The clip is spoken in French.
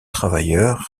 travailleurs